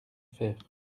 faire